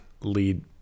lead